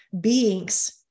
beings